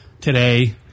today